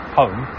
home